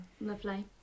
lovely